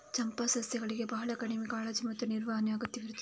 ಚಂಪಾ ಸಸ್ಯಗಳಿಗೆ ಬಹಳ ಕಡಿಮೆ ಕಾಳಜಿ ಮತ್ತು ನಿರ್ವಹಣೆ ಅಗತ್ಯವಿರುತ್ತದೆ